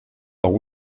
auch